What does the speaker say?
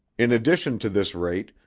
in addition to this rate,